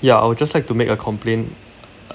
ya I would just like to make a complaint